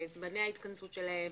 זמני ההתכנסות שלהן,